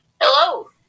Hello